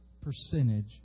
percentage